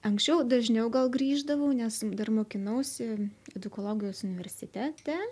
anksčiau dažniau gal grįždavau nes dar mokinausi edukologijos universitete